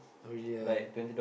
oh really ah